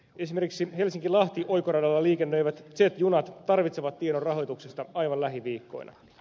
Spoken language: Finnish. esimerkiksi helsinkilahti oikoradalla liikennöivät z junat tarvitsevat tiedon rahoituksesta aivan lähiviikkoina